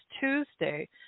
Tuesday